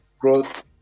growth